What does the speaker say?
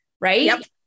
Right